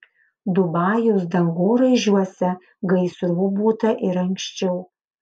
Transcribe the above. dubajaus dangoraižiuose gaisrų būta ir anksčiau